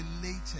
related